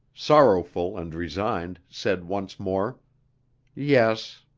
sorrowful and resigned, said once more yes.